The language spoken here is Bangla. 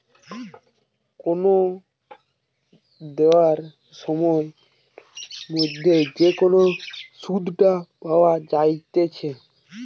কোন দেওয়া সময়ের মধ্যে যে সুধটা পাওয়া যাইতেছে